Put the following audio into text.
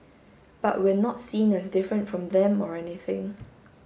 but we're not seen as different from them or anything